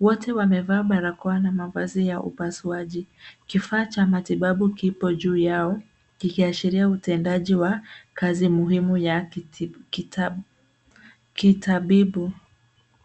Wote wamevaa barakoa na mavazi ya upasuaji. Kifaa cha matibabu kipo juu yao kikiashiria utendaji wa kazi muhimu ya kitabibu.